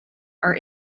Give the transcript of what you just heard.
are